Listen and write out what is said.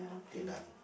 okay done